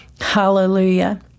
Hallelujah